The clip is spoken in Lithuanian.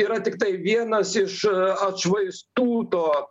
yra tiktai vienas iš atšvaistų to